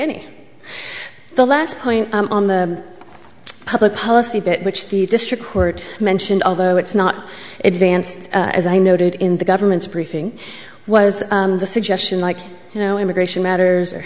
any the last point on the public policy bit which the district court mentioned although it's not advanced as i noted in the government's briefing was the suggestion like you know immigration matters are